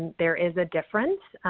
there is a difference.